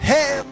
Hey